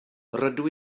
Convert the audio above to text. rydw